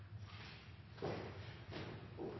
takk